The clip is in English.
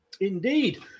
Indeed